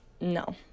no